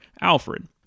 Alfred